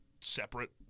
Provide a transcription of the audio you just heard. separate